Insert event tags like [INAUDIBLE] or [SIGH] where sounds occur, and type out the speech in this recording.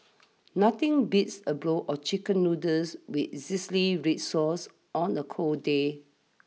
nothing beats a blow of Chicken Noodles with [UNINTELLIGIBLE] red sauce on a cold day